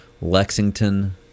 Lexington